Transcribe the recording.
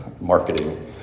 marketing